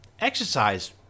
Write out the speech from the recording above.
exercise